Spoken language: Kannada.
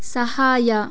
ಸಹಾಯ